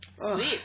Sweet